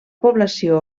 població